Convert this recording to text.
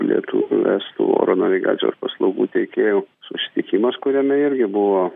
lietuvių estų oro navigacijos paslaugų tiekėjų susitikimas kuriame irgi buvo